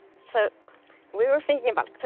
so we were thinking about